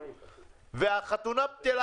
והחתונה בטלה,